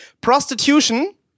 prostitution